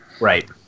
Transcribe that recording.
Right